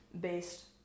based